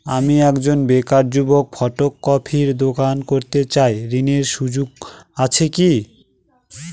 আমি একজন বেকার যুবক ফটোকপির দোকান করতে চাই ঋণের সুযোগ আছে কি?